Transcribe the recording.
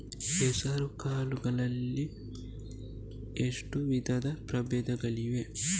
ಹೆಸರುಕಾಳು ಗಳಲ್ಲಿ ಎಷ್ಟು ವಿಧದ ಪ್ರಬೇಧಗಳಿವೆ?